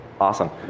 Awesome